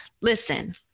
Listen